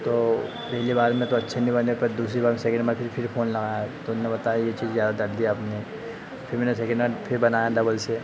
तो पहली बार में तो अच्छे नहीं बने पर दूसरी बार में सेकेंड बार फिर फिर फोन लगाया तो उन्होंने बताया यह चीज़ ज़्यादा डाल दी आपने फिर मैंने सेकेंड बार फिर बनाया दबल से